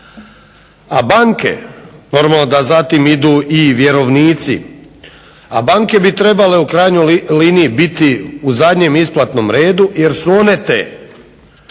A banke, normalno da zatim idu i vjerovnici, a banke bi trebale u krajnjoj liniji biti u zadnjem isplatnom redu jer su one te